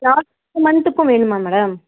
last மந்த்துக்கும் வேணுமா madam